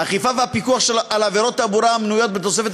האכיפה והפיקוח על עבירות תעבורה המנויות בתוספת